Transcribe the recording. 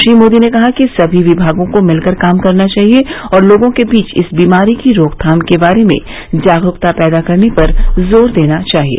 श्री मोदी ने कहा कि सभी विभागों को मिलकर काम करना चाहिए और लोगों के बीच इस बीमारी की रोकथाम के बारे में जागरुकता पैदा करने पर जोर देना चाहिए